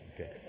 okay